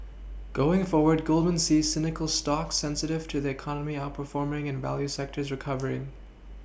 going forward Goldman sees cyclical stocks sensitive to the economy outperforming and value sectors recovering